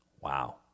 Wow